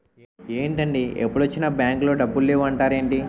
ఏంటండీ ఎప్పుడొచ్చినా బాంకులో డబ్బులు లేవు అంటారేంటీ?